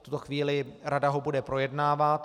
V tuto chvíli ho rada bude projednávat.